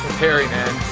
perry man.